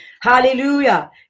hallelujah